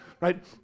right